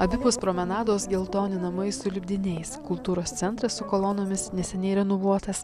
abipus promenados geltoni namai su lipdiniais kultūros centras su kolonomis neseniai renovuotas